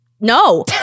no